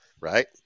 Right